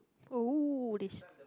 oh this